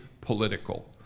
political